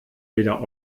weder